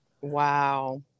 Wow